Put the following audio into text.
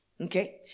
okay